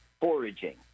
Foraging